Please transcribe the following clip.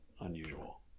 unusual